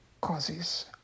causes